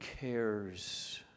cares